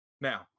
Now